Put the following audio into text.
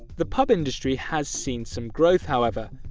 the pub industry has seen some growth however.